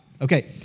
Okay